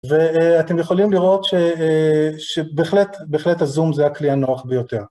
ואתם יכולים לראות שבהחלט הזום זה הכלי הנוח ביותר.